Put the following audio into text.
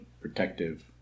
protective